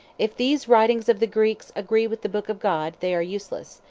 if these writings of the greeks agree with the book of god, they are useless,